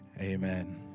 amen